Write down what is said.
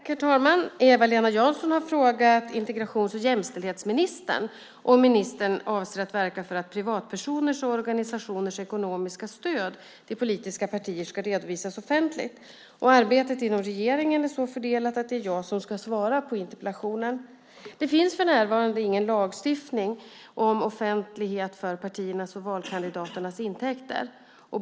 Herr talman! Eva-Lena Jansson har frågat integrations och jämställdhetsministern om ministern avser att verka för att privatpersoners och organisationers ekonomiska stöd till politiska partier ska redovisas offentligt. Arbetet inom regeringen är så fördelat att det är jag som ska svara på interpellationen. Det finns för närvarande inte någon lagstiftning om offentlighet för partiernas och valkandidaternas intäkter.